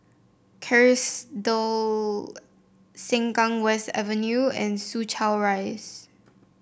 Kerrisdale Sengkang West Avenue and Soo Chow Rise